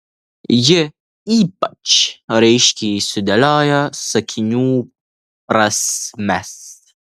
ji ypač raiškiai sudėlioja sakinių prasmes